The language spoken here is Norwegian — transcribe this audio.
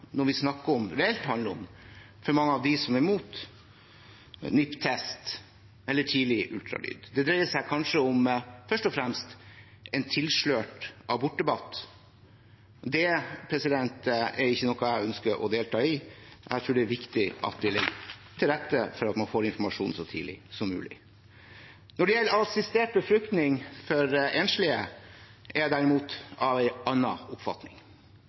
for mange av dem som er imot NIPT-test eller tidlig ultralyd. Det dreier seg kanskje først og fremst om en tilslørt abortdebatt. Det er ikke noe jeg har ønske om å delta i. Jeg tror det viktig at man legger til rette for at man får informasjon så tidlig som mulig. Når det gjelder assistert befruktning for enslige, er jeg derimot av en annen oppfatning.